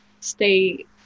stay